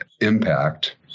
impact